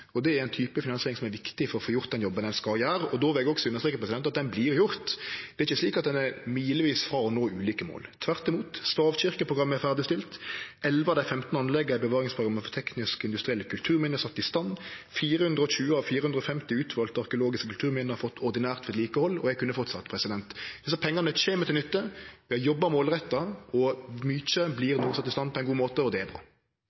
Det er ein type finansiering som er viktig for å få gjort den jobben ein skal gjere. Eg vil også understreke at han vert gjort. Det er ikkje slik at ein er milevis frå å nå ulike mål, tvert imot. Stavkyrkjeprogrammet er ferdigstilt, 11 av dei 15 anlegga i bevaringsprogrammet for tekniske og industrielle kulturminne er sette i stand, 420 av 450 utvalde arkeologiske kulturminne har fått ordinært vedlikehald, og eg kunne ha fortsett. Desse pengane kjem til nytte. Vi har jobba målretta. Mykje vert no sett i stand på ein god måte, og det er